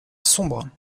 sombre